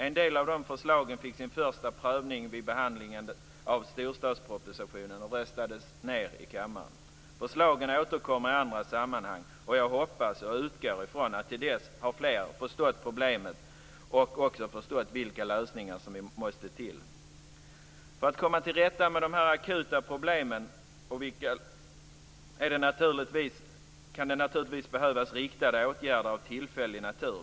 En del av dessa förslag fick sin första prövning vid behandlingen av storstadspropositionen och röstades ned i kammaren. Förslagen återkommer i andra sammanhang, och jag hoppas och utgår från att fler till dess har förstått problemen och vilka lösningar som måste till. För att komma till rätta med dessa akuta problem kan det naturligtvis behövas riktade åtgärder av tillfällig natur.